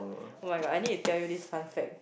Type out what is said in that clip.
oh my god I need to tell you this fun fact